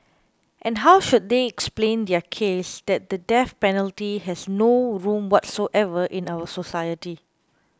and how should they explain their case that the death penalty has no room whatsoever in our society